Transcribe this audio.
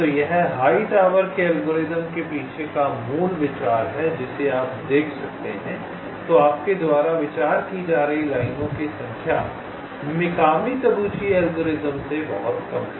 तो यह हाईटावर के एल्गोरिथ्म के पीछे का मूल विचार है जिसे आप देख सकते हैं तो आपके द्वारा विचार की जा रही लाइनों की संख्या मिकामी तबूची एल्गोरिथम से बहुत कम है